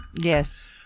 Yes